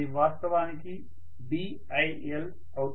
అది వాస్తవానికి Bil అవుతుంది